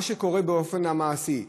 מה שקורה באופן המעשי,